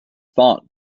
thought